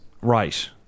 right